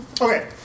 Okay